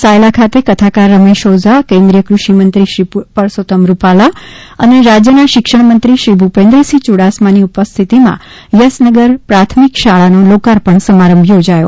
સાયલા ખાતે કથાકાર રમેશ ઓઝા કેન્દ્રીય કૃષિમંત્રી શ્રી પરષોત્તમ રૂપાલા અને રાજયના શિક્ષણમંત્રી શ્રી ભુપેન્દ્રસિંહ યુડાસમાની ઉપસ્થિતિમાં યસનગર પ્રાથમિક શાળાનો લોકપર્ણ સમારંભ યોજાયો